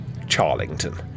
Charlington